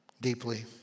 deeply